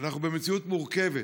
אנחנו במציאות מורכבת.